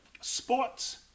sports